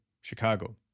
Chicago